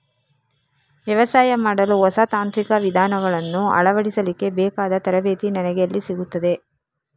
ವ್ಯವಸಾಯ ಮಾಡಲು ಹೊಸ ತಾಂತ್ರಿಕ ವಿಧಾನಗಳನ್ನು ಅಳವಡಿಸಲಿಕ್ಕೆ ಬೇಕಾದ ತರಬೇತಿ ನನಗೆ ಎಲ್ಲಿ ಸಿಗುತ್ತದೆ?